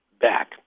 back